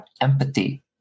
empathy